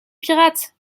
pirates